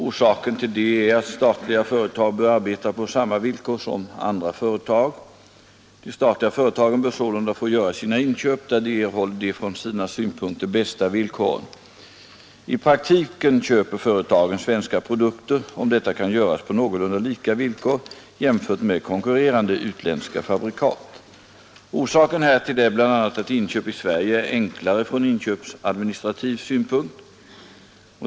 Orsaken härtill är att statliga företag bör arbeta på samma villkor som andra företag. De statliga företagen bör sålunda få göra sina inköp där de erhåller de från sina synpunkter bästa villkoren. I praktiken köper företagen svenska produkter om detta kan göras på någorlunda lika villkor jämfört med konkurrerande utländska fabrikat. Orsaken härtill är bl.a. att inköp i Sverige är enklare från inköpsadministrativ synpunkt.